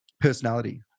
personality